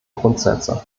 grundsätze